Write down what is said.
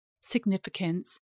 significance